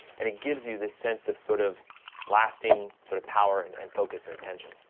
and it gives you this sense of sort of lasting sort of power and and focus and attention.